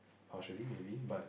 partially maybe but